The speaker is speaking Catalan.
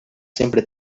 sempre